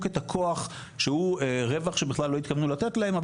את הכוח שהוא רווח שבכלל לא התכוונו לתת להם,